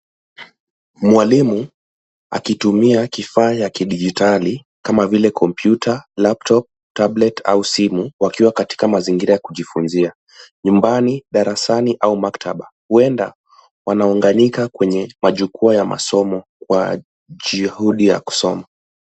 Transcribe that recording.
Mwalimu akitumia kifaa kidijitali kama vile kompyuta,[ laptop tablet] au simu wakiwa katika mazingira ya kujifunzia nyumbani, darasani au maktaba, huenda wanaunganika kwenye majukwaa ya masomo kwa juhudi ya kusoma.